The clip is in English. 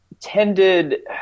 tended